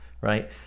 right